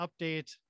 update